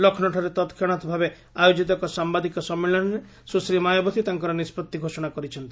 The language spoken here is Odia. ଲକ୍ଷ୍ମୌଠାରେ ତତ୍କ୍ଷଣାତ ଭାବେ ଆୟୋଜିତ ଏକ ସାମ୍ଭାଦିକ ସମ୍ମିଳନୀରେ ସୁଶ୍ରୀ ମାୟାବତୀ ତାଙ୍କର ନିଷ୍କତି ଘୋଷଣା କରିଛନ୍ତି